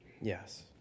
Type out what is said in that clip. Yes